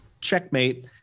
checkmate